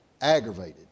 aggravated